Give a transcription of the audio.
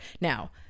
Now-